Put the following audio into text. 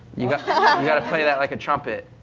you've got ah got to play that like a trumpet.